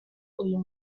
uyu